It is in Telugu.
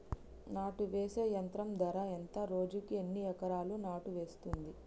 నాటు వేసే యంత్రం ధర ఎంత రోజుకి ఎన్ని ఎకరాలు నాటు వేస్తుంది?